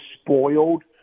spoiled